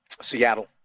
Seattle